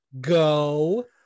go